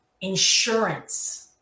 insurance